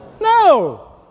No